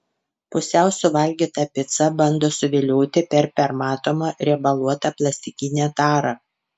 pusiau suvalgyta pica bando suvilioti per permatomą riebaluotą plastikinę tarą